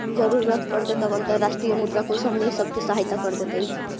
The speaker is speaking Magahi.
जरूरत पड़तई तब अंतर्राष्ट्रीय मुद्रा कोश हमनी सब के सहायता कर देतई